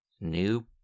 new